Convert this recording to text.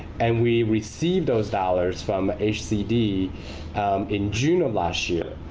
and we received those dollars from hcd in june of last year.